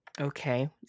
Okay